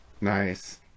Nice